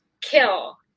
kill